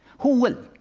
who will?